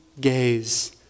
gaze